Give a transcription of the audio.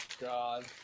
God